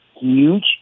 huge